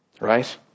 Right